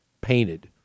painted